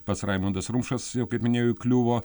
pats raimundas rumšas jau kaip minėjau įkliuvo